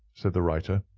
said the writer,